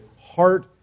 heart